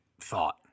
thought